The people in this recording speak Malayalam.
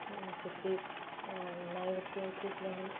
ചെത്തി നന്നായി വൃത്തിയാക്കിയിട്ടില്ലെങ്കിൽ